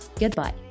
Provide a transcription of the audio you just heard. goodbye